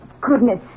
goodness